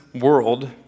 world